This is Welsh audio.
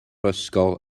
ysgol